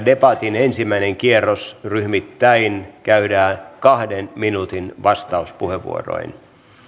debatin ensimmäinen kierros ryhmittäin käydään kahden minuutin vastauspuheenvuoroin